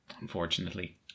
Unfortunately